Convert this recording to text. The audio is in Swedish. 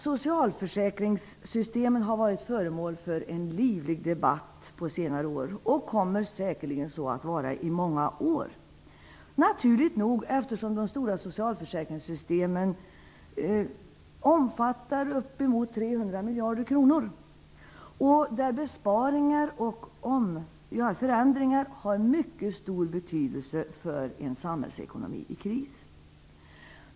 Socialförsäkringssystemen har varit föremål för en livlig debatt under senare år. Det kommer säkert att vara så i många år. Det är naturligt eftersom de stora socialförsäkringssystemen omfattar uppemot 300 miljarder kronor. Besparingar och förändringar har mycket stor betydelse för en samhällsekonomi i kris.